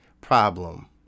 problem